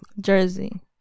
Jersey